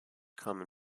common